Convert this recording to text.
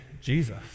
Jesus